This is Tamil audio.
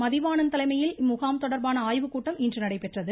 மதிவாணன் தலைமையில் இம்முகாம் தொடர்பான ஆய்வு கூட்டம் இன்று நடைபெற்றது